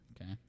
Okay